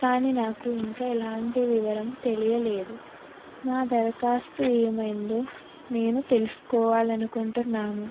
కానీ నాకు ఇంకా ఎలాంటి వివరం తెలియలేదు నా దరఖాస్తు ఏమైందో నేను తెలుసుకోవాలి అనుకుంటున్నాను